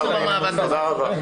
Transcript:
אנחנו במאבק הזה.